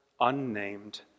unnamed